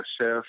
chef